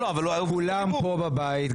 כולם כאן בבית,